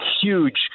Huge